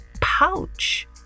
pouch